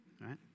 right